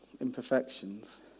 imperfections